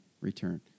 return